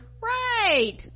right